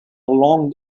long